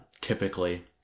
typically